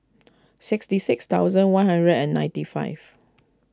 sixty six thousand one hundred and ninety five